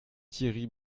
thierry